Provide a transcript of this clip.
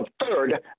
third